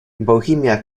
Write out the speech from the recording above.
bohemia